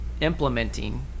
implementing